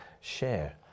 share